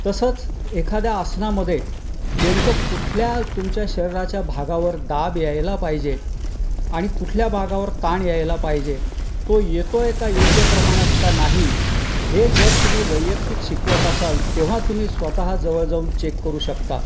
तसंच एखाद्या आसनामध्ये नेमकं कुठल्या तुमच्या शरीराच्या भागावर दाब यायला पाहिजे आणि कुठल्या भागावर ताण यायला पाहिजे तो येतो आहे का योग्य प्रमाणात का नाही हे जर तुम्ही वैयक्तिक शिकवत असाल तेव्हा तुम्ही स्वतः जवळ जाऊन चेक करू शकता